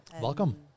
Welcome